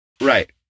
Right